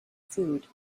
food